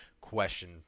question